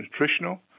nutritional